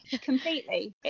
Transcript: completely